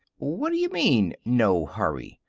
what d'you mean, no hurry!